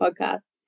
podcast